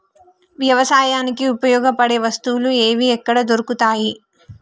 వ్యవసాయానికి ఉపయోగపడే వస్తువులు ఏవి ఎక్కడ దొరుకుతాయి?